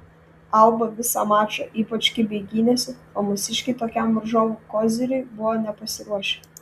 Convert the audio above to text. alba visą mačą ypač kibiai gynėsi o mūsiškiai tokiam varžovų koziriui buvo nepasiruošę